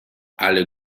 alle